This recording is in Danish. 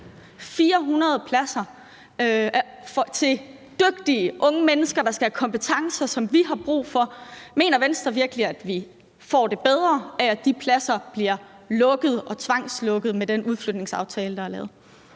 400 pladser til dygtige unge mennesker, der skal have kompetencer, som vi har brug for? Mener Venstre virkelig, at vi får det bedre af, at de pladser bliver tvangslukket med den udflytningsaftale, der er lavet?